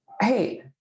Hey